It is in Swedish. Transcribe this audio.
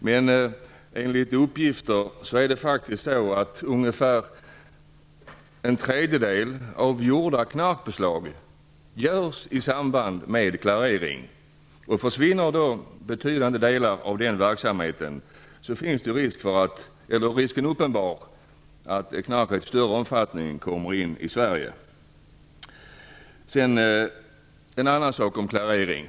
Men enligt uppgift görs en tredjedel av knarkbeslagen i samband med klarering. Försvinner betydande delar av den verksamheten är risken uppenbar att knark i större omfattning kommer att komma in i Sverige. Det finns mer att säga om klarering.